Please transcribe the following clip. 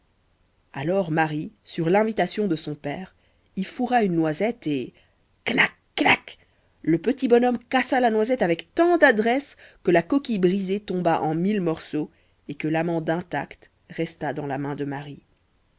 alors marie sur l'invitation de son père y fourra une noisette et knac knac le petit bonhomme cassa la noisette avec tant d'adresse que la coquille brisée tomba en mille morceaux et que l'amande intacte resta dans la main de marie